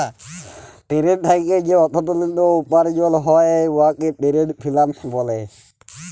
trade থ্যাইকে যে অথ্থলিতি উপার্জল হ্যয় উয়াকে টেরেড ফিল্যাল্স ব্যলে